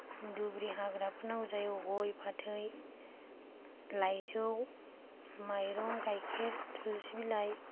दुब्रि हाग्राफोर नांगौ जायो गइ फाथै लाइजौ माइरं गाइखेर थुलसि बिलाइ